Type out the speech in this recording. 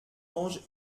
ange